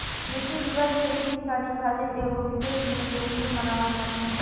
कृषि दिवस खेती किसानी खातिर एगो विशेष दिन के रूप में मनावल जाला